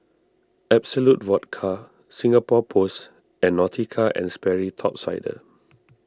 Absolut Vodka Singapore Post and Nautica and Sperry Top Sider